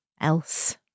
else